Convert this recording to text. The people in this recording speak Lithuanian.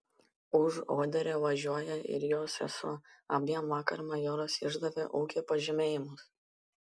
už oderio važiuoja ir jos sesuo abiem vakar majoras išdavė ūkio pažymėjimus